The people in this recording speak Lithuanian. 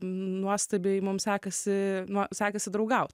nuostabiai mums sekasi nu sekasi draugaut